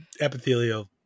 epithelial